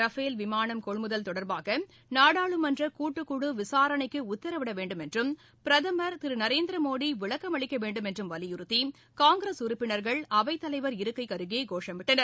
Rafale விமானம் கொள்முதல் தொடர்பாக நாடாளுமன்ற கூட்டுக்குழு விசாரணைக்கு உத்தரவிட வேண்டும் என்றும் பிரதமர் திரு நரேந்திர மோடி விளக்கம் அளிக்க வேண்டும் என்றும் வலியுறுத்தி காங்கிரஸ் உறுப்பினர்கள் அவைத் தலைவர் இருக்கைக்கு அருகே கோஷமிட்டனர்